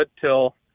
till